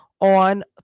on